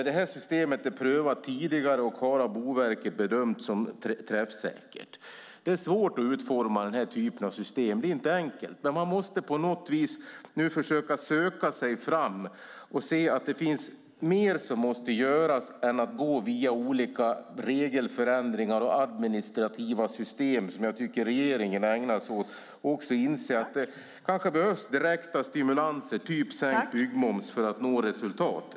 Detta system är prövat tidigare och har av Boverket bedömts som träffsäkert. Det är svårt att utforma denna typ av system. Det är inte enkelt. Men man måste på något vis nu försöka söka sig fram och se att det finns mer som måste göras än att gå via olika regelförändringar och administrativa system, vilket jag tycker att regeringen ägnar sig åt, och inse att det kanske behövs direkta stimulanser, typ sänkt byggmoms, för att nå resultat.